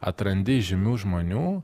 atrandi žymių žmonių